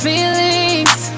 Feelings